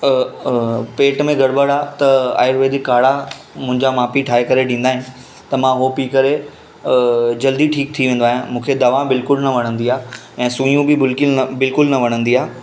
अ अ पेट में गड़बड़ आहे त आयुर्वेदिक काढ़ा मुंहिंजा माउ पीउ ठाहे करे ॾींदा आहिनि त मां उहो पी करे जल्दी ठीकु थी वेंदो आहियां मूंखे दवा बिल्कुलु न वणंदी आहे ऐं सुयूं बि बिलकिल न बिल्कुलु न वणंदी आहे